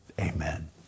amen